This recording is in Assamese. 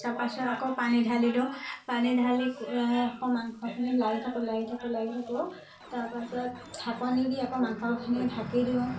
তাৰপাছত আকৌ পানী ঢালি দিওঁ পানী ঢালি মাংসখিনি লাৰি থাকোঁ লাৰি থাকোঁ লাৰি থাকোঁ তাৰপাছত ঢাকনি দি আকৌ মাংসখিনি ঢাকি দিওঁ